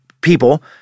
people